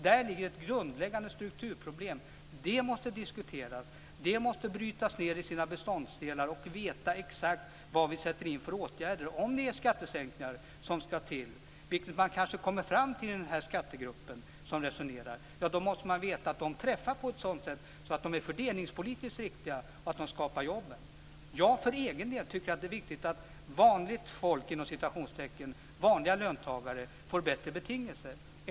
Detta är ett grundläggande strukturproblem, som måste diskuteras och brytas ned i sina beståndsdelar. Vi måste veta exakt vilka åtgärder vi skall sätta in, om det är skattesänkningar som skall vidtas. Kanske kommer man i den skattegrupp som resonerar fram till det. Då måste man veta att de träffar på ett fördelningspolitiskt riktigt sätt och skapar jobb. Jag tycker för egen del att det är viktigt att "vanligt folk", dvs. vanliga löntagare, får bättre betingelser.